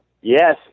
yes